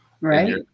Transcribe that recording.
Right